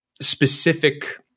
specific –